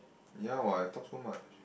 ya what I talk so much